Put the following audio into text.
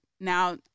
Now